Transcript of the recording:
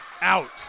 Out